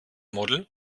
model